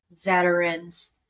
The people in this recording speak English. veterans